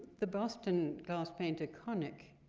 the boston glass painter, connick,